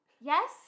Yes